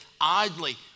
idly